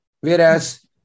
whereas